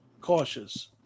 cautious